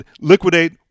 liquidate